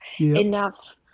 enough